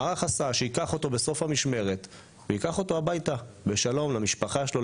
מערך הסעה שייקח אותו בסוף המשמרת הביתה בשלום למשפחה שלו,